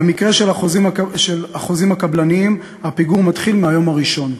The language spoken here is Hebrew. במקרה של החוזים הקבלניים הפיגור מתחיל מהיום הראשון.